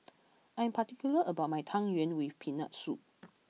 I am particular about my Tang Yuen with peanut soup